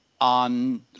on